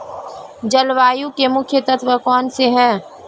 जलवायु के मुख्य तत्व कौनसे हैं?